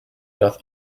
doth